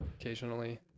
occasionally